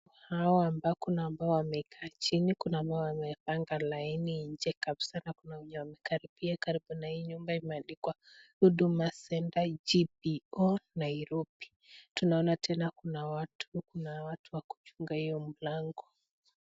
Hawa ambao kuna ambao wamekaa chini, kuna ambao wamepanga laini inche kapsa na kuna webye wame karipia karibu na hii nyumba imeandikwa Huduma Centre G.P.O, Nairopi, tunaona tena kuna watu, kuna watu wa kuchunga hio mlango.